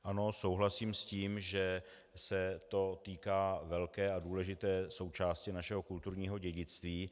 Ano, souhlasím s tím, že se to týká velké a důležité součásti našeho kulturního dědictví.